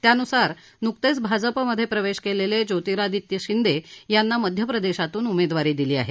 त्यानुसार नुकतेच भाजपमध्ये प्रवेश केलेले ज्योतिरादित्य शिंदे यांना मध्यप्रदेशातून उमेदवारी दिली आहे